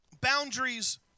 boundaries